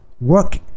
work